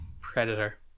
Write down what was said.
predator